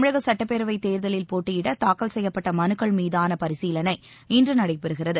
தமிழக சட்டப்பேரவைத் தேர்தலில் போட்டியிட தாக்கல் செய்யப்பட்ட மனுக்கள் மீதான பரிசீலனை இன்று நடைபெறுகிறது